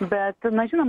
bet na žinom